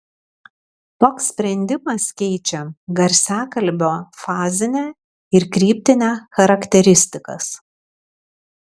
toks sprendimas keičia garsiakalbio fazinę ir kryptinę charakteristikas